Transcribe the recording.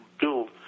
build